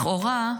לכאורה,